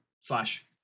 slash